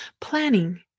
planning